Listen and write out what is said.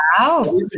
wow